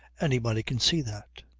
anybody can see that.